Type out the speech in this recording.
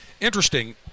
Interesting